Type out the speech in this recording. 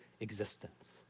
existence